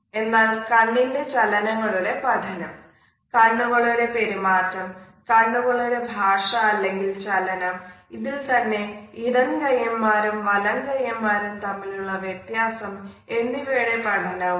എന്നാൽ കണ്ണിന്റെ ചലനങ്ങളുടെ പഠനം കണ്ണുകളുടെ പെരുമാറ്റം കണ്ണുകളുടെ ഭാഷ അല്ലെങ്കിൽ ചലനം ഇതിൽ തന്നെ ഇടംകയ്യന്മാരും വലംകൈയ്യന്മാരും തമ്മിലുള്ള വ്യത്യാസം എന്നിവയുടെ പഠനവുമുണ്ട്